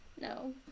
No